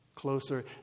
closer